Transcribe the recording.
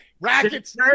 Rackets